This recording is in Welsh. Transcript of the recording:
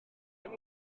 mewn